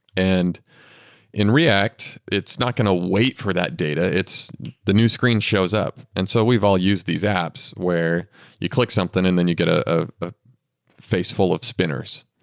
and in react, it's not going to wait for that data. the new screen shows up. and so we've all used these apps where you click something and then you get a ah ah face full of spinners.